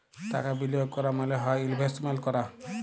টাকা বিলিয়গ ক্যরা মালে হ্যয় ইলভেস্টমেল্ট ক্যরা